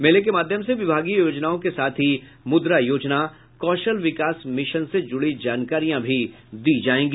मेले के माध्यम से विभागीय योजनाओं के साथ ही मुद्रा योजना कौशल विकास मिशन से जुड़ी जानकारी भी दी जायेगी